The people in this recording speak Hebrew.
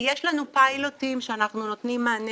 יש לנו פיילוטים שאנחנו נותנים מענה